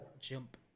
Jump